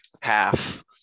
half